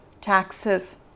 taxes